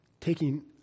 taking